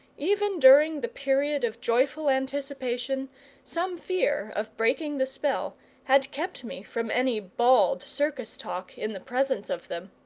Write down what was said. even during the period of joyful anticipation some fear of breaking the spell had kept me from any bald circus talk in the presence of them.